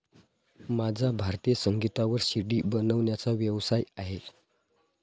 माझा भारतीय संगीतावर सी.डी बनवण्याचा व्यवसाय आहे